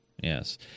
yes